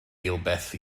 eilbeth